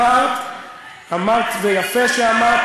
העולים ברגל מתימן,